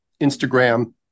Instagram